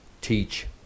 teach